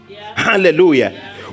Hallelujah